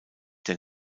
der